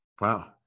Wow